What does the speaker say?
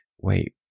wait